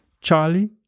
Charlie